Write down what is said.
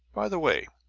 by the way,